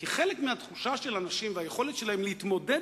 כי חלק מהתחושה של אנשים והיכולת שלהם להתמודד